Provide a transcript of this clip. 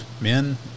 Men